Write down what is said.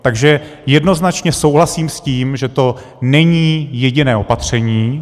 Takže jednoznačné souhlasím s tím, že to není jediné opatření.